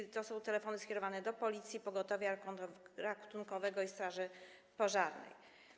I to są telefony skierowane do policji, pogotowia ratunkowego i straży pożarnej.